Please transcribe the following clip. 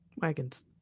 wagons